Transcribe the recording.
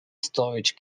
storage